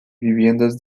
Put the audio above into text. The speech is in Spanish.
viviendas